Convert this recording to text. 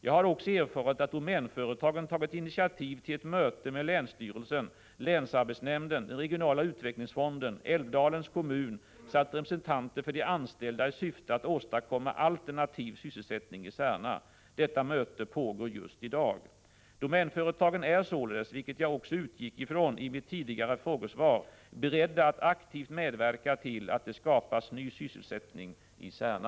Jag har också erfarit att Domänföretagen tagit initiativ till ett möte med länsstyrelsen, länsarbetsnämnden, den regionala utvecklingsfonden, Älvdalens kommun samt representanter för de anställda i syfte att åstadkomma alternativ sysselsättning i Särna. Detta möte pågår just i dag. Domänföretagen är således, vilket jag också utgick ifrån i mitt tidigare frågesvar, berett att aktivt medverka till att det skapas ny sysselsättning i Särna.